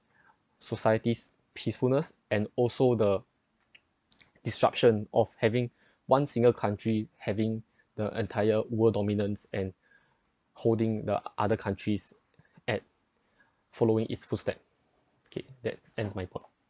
societies peacefulness and also the disruption of having one single country having the entire world dominance and holding the other countries at following its footstep okay that that's my point